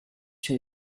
sur